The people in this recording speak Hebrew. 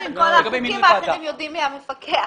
בכל החוקים האחרים יודעים מי המפקח.